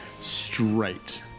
straight